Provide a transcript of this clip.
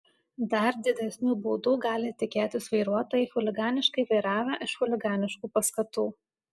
dar didesnių baudų gali tikėtis vairuotojai chuliganiškai vairavę iš chuliganiškų paskatų